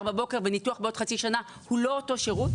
בבוקר וניתוח בעוד חצי שנה הוא לא אותו שירות.